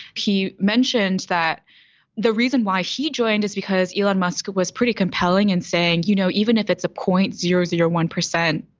he mentioned that the reason why he joined is because elon musk was pretty compelling and saying, you know, even if it's a point zero zero one percent,